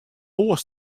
oars